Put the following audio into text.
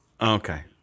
Okay